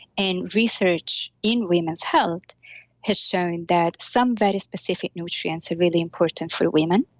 and research in women's health has shown that some very specific nutrients are really important for women.